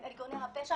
עם ארגוני הפשע?